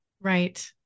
Right